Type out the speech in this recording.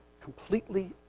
completely